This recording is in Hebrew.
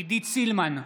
עידית סילמן,